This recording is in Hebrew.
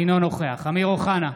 אינו נוכח אמיר אוחנה,